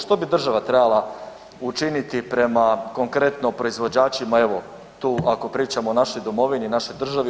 Što bi država trebala učiniti prema konkretno proizvođačima evo tu ako pričamo o našoj domovini i našoj državi u